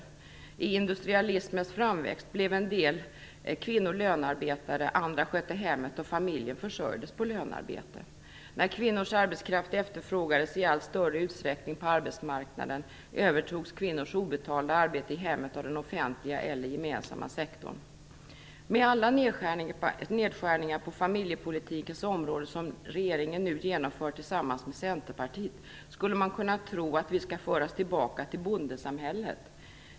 Vid industrialismens framväxt blev en del kvinnor lönarbetare, andra skötte hemmet, och familjen försörjdes på lönarbetet. När kvinnors arbetskraft efterfrågades i allt större utsträckning på arbetsmarknaden övertogs kvinnors obetalda arbete i hemmet av den offentliga eller gemensamma sektorn. Med anledning av alla nedskärningar på familjepolitikens område som regeringen nu genomför tillsammans med Centerpartiet skulle man kunna tro att vi skall föras tillbaka till bondesamhället.